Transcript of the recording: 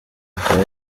akaba